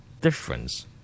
difference